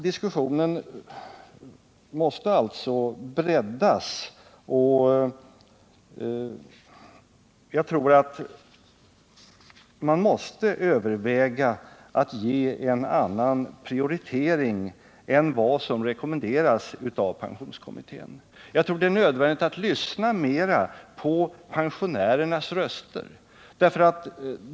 Diskussionen måste alltså breddas, och jag tror att man måste överväga att ge frågorna en annan prioritering än den som rekommenderas av pensionskommittén. Jag tror det är nödvändigt att lyssna mera på pensionärernas röster.